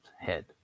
head